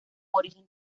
origen